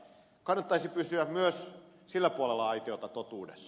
kannattaisi pysyä myös sillä puolella aitiota totuudessa